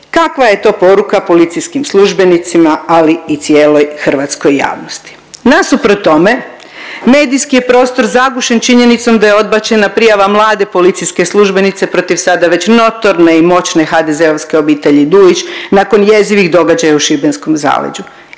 kakva je to poruka policijskim službenicima, ali i cijeloj hrvatskoj javnosti? Nasuprot tome, medijski prostor zagušen činjenicom da je odbačena prijava mlade policijske službenice protiv sada već notorne i moćne HDZ-ovske obitelji Dujić nakon jezivih događaja u šibenskom zaleđu.